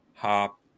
Hop